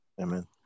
Amen